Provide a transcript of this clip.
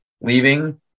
leaving